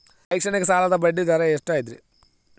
ಶೈಕ್ಷಣಿಕ ಸಾಲದ ಬಡ್ಡಿ ದರ ಎಷ್ಟು ಐತ್ರಿ?